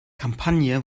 kampagne